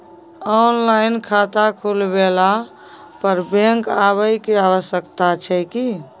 Online खाता खुलवैला पर बैंक आबै के आवश्यकता छै की?